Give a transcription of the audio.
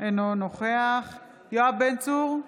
אינו נוכח יואב בן צור,